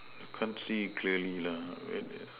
can't see clearly lah where the